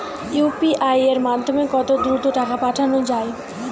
UPI এর মাধ্যমে কত দ্রুত টাকা পাঠানো যায়?